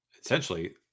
essentially